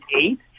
eight